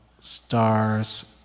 stars